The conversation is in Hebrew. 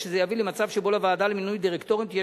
ושזה יביא למצב שבו לוועדה למינוי דירקטורים תהיה